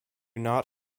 not